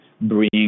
bring